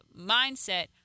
mindset